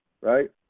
right